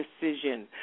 decision